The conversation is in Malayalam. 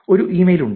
ഒരു ഇമെയിൽ ഉണ്ട്